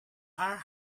are